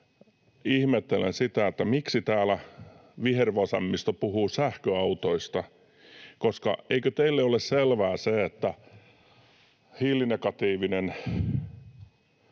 ihmettelen, miksi täällä vihervasemmisto puhuu sähköautoista, koska eikö teille ole selvää, että hiilinegatiivinen